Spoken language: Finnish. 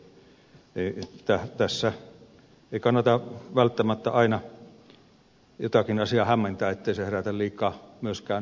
tässä ei kannata välttämättä aina jotakin asiaa hämmentää ettei se herätä liikaa myöskään epävarmuutta ja kysymyksiä